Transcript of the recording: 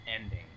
ending